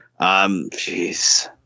Jeez